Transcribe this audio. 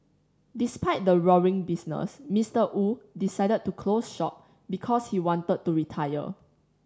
despite the roaring business Mister Wu decided to close shop because he wanted to retire